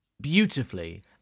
beautifully